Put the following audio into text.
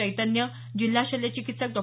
चैतन्य जिल्हा शल्यचिकित्सक डॉ